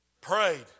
prayed